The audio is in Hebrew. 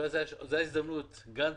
זו ההזדמנות לומר: גנץ,